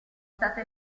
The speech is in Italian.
state